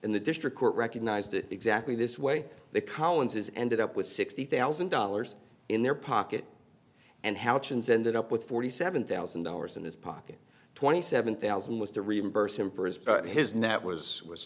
in the district court recognized it exactly this way the collinses ended up with sixty thousand dollars in their pocket and how chins ended up with forty seven thousand dollars in his pocket twenty seven thousand was to reimburse him for his but his net was was